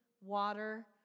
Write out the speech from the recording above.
water